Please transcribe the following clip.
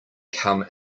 come